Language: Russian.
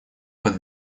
под